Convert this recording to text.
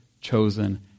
chosen